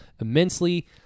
immensely